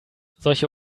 solche